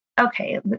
okay